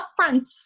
upfronts